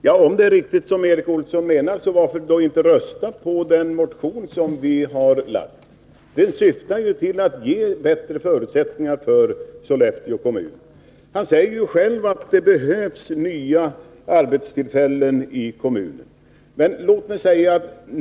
Herr talman! Om Erik Olsson menar det han säger, varför då inte rösta för den motion som vi har väckt? Han säger själv att det behövs nya arbetstillfällen i kommunen. Vår motion syftar ju till att ge Sollefteå bättre förutsättningar i det avseendet.